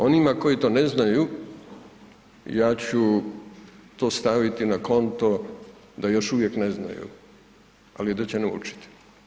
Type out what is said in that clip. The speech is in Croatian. Onima koji to ne znaju ja ću to staviti na konto da još uvijek ne znaju, ali i da će naučiti.